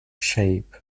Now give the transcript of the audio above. shape